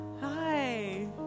Hi